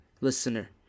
listener